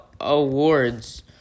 awards